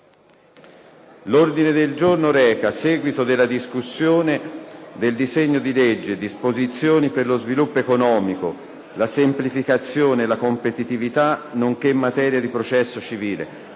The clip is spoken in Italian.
ordine del giorno: I. Seguito della discussione del disegno di legge: Disposizioni per lo sviluppo economico, la semplificazione, la competitivita` nonche´ in materia di processo civile